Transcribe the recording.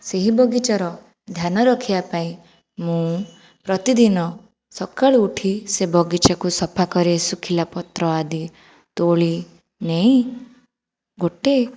ସେହି ବଗିଚାର ଧ୍ୟାନ ରଖିବା ପାଇଁ ମୁଁ ପ୍ରତିଦିନ ସକାଳୁ ଉଠି ସେ ବଗିଚାକୁ ସଫା କରେ ଶୁଖିଲା ପତ୍ର ଆଦି ତୋଳି ନେଇ ଗୋଟିଏ